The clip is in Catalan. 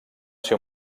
ser